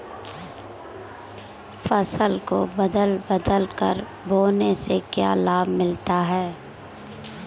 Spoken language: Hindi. फसल को बदल बदल कर बोने से क्या लाभ मिलता है?